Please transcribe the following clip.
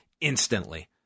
instantly